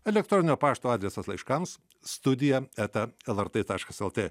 elektroninio pašto adresas laiškams studija eta lrt taškas lt